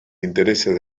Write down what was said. intereses